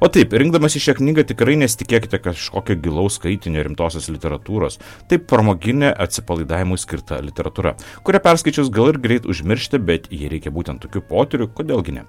o taip rinkdamasi šią knygą tikrai nesitikėkite kažkokio gilaus skaitinio rimtosios literatūros tai pramoginė atsipalaidavimui skirta literatūra kurią perskaičius gal ir greit užmiršite bet jei reikia būtent tokių potyrių kodėl gi ne